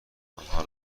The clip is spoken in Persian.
آنها